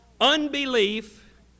Unbelief